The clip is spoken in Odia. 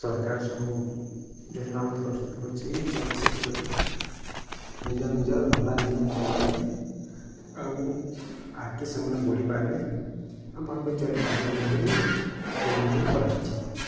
ସର୍କାର୍ ସବୁ ଯୋଜନାମାନେ ପ୍ରସ୍ତୁତ୍ କରିଛି ଯେ ସେମାନେ ଶିଖିକରି ନିଜ ନିଜର୍ ଧନ୍ଦା ନିଜେ କରିପାର୍ବେ ଆଉ ଆଗ୍କେ ସେମାନେ ବଢ଼ିପାର୍ବେ ଆଉ ଭଲ୍ କରି ଚଲିପାର୍ବେ ବୋଲି କରି ଯୋଜନାମାନେ କରାହେଇଛେ